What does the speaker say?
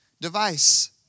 device